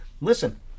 listen